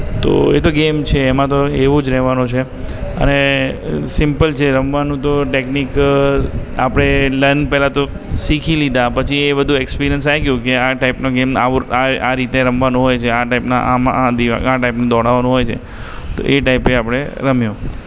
તો એ તો ગેમ છે એમાં તો એવું જ રહેવાનું છે અને સિમ્પલ જે રમવાનું તો ટેકનિક આપણે લર્ન પહેલાં તો શીખી લીધા પછી એ બધું એક્સપિરિયન્સ આવી ગયો કે આ ટાઈપનો ગેમ આવો આ આ રીતે રમવાનો હોય છે આ ટાઈપના આમાં આ દિવાલ આ ટાઇપનું દોડાવવાનું હોય છે તો એ ટાઈપે આપણે રમ્યો